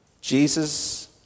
Jesus